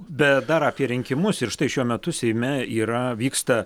bet dar apie rinkimus ir štai šiuo metu seime yra vyksta